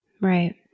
Right